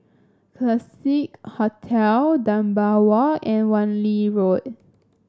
Classique Hotel Dunbar Walk and Wan Lee Road